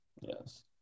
Yes